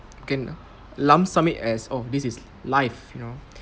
can lump sum it as oh this is life you know